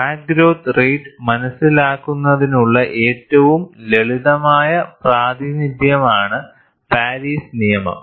crack growth rate മനസിലാക്കുന്നതിനുള്ള ഏറ്റവും ലളിതമായ പ്രാതിനിധ്യമാണ് പാരിസ് നിയമം